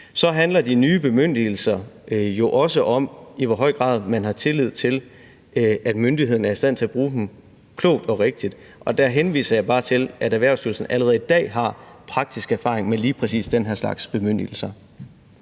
Så handler de nye bemyndigelser jo også om, i hvor høj grad man har tillid til, at myndighederne er i stand til at bruge dem klogt og rigtigt, og der henviser jeg bare til, at Erhvervsstyrelsen allerede i dag har praktisk erfaring med lige præcis den her slags bemyndigelser.